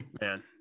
man